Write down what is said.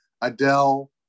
adele